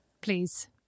please